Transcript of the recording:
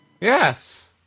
Yes